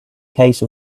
case